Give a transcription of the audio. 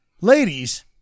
Ladies